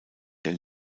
der